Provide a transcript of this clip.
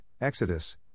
Exodus